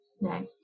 no